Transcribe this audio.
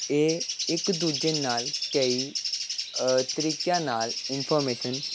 ਇਹ ਇੱਕ ਦੂਜੇ ਨਾਲ ਕਈ ਤਰੀਕਿਆਂ ਨਾਲ ਇਨਫੋਰਮੇਸ਼ਨ